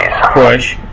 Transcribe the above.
push,